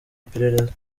iperereza